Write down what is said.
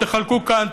תחלקו כאן,